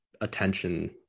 attention